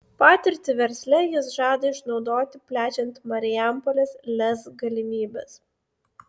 patirtį versle jis žada išnaudoti plečiant marijampolės lez galimybes